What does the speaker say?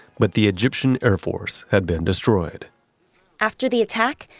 but the egyptian air force had been destroyed after the attack,